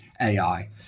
AI